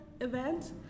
event